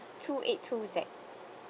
two eight two Z